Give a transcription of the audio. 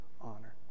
honor